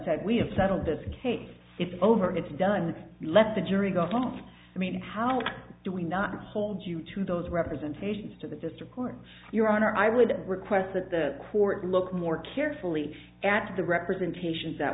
said we have settled this case it's over it's done let the jury government i mean how do we not hold you to those representations to the district court your honor i would request that the court look more carefully at the representations that